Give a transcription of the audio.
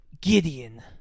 Gideon